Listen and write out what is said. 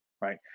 right